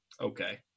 Okay